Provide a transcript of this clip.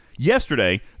Yesterday